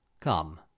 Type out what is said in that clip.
come